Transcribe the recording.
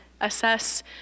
assess